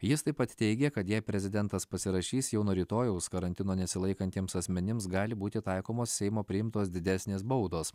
jis taip pat teigia kad jei prezidentas pasirašys jau nuo rytojaus karantino nesilaikantiems asmenims gali būti taikomos seimo priimtos didesnės baudos